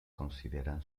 consideran